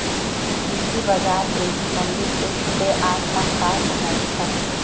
कृषि बजार तेजी मंडी एप्प से आप मन का समझथव?